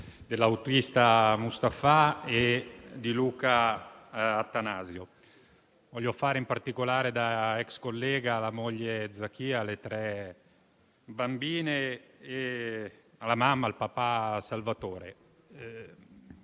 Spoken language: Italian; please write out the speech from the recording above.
l'autista Mustapha e Luca Attanasio. Voglio farlo in particolare, da ex collega, alla moglie Zakia, alle tre bambine, alla mamma e al papà Salvatore.